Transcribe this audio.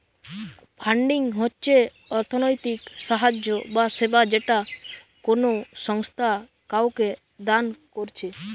funding হচ্ছে অর্থনৈতিক সাহায্য বা সেবা যেটা কোনো সংস্থা কাওকে দান কোরছে